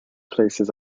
places